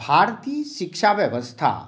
भारतीय शिक्षा व्यवस्था